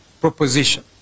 proposition